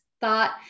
thought